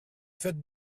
fête